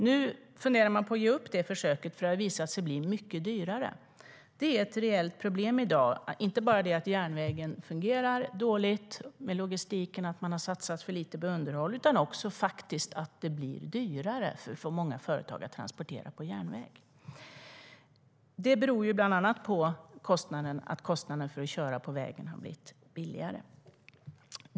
Nu funderar man på att ge upp det försöket, eftersom det har visat sig bli mycket dyrare. Det är ett reellt problem i dag inte bara att järnvägen fungerar dåligt, med logistiken och att man har satsat för lite på underhåll, utan också att det faktiskt blir dyrare för många företag att transportera på järnväg. Det beror bland annat på att kostnaderna för att köra på väg har blivit mindre.